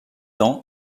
ans